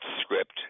script